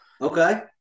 Okay